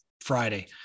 Friday